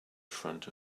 front